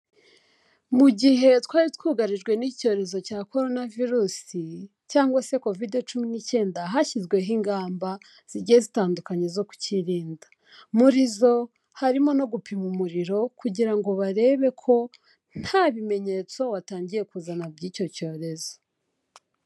Mu gihe twari twugarijwe n'icyorezo cya Korona virus cyangwa se Kovide cumi n'icyenda hashyizweho ingamba zigiye zitandukanye zo kukirinda. Muri zo harimo no gupima umuriro kugira ngo barebe ko nta bimenyetso watangiye kuzana by'icyo cyorezo.